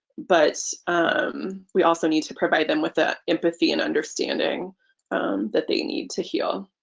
but we also need to provide them with the empathy and understanding that they need to heal.